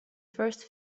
first